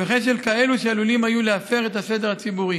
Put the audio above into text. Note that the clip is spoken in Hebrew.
וכן של כאלה שעלולים היו להפר את הסדר הציבורי.